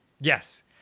Yes